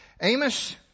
Amos